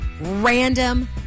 random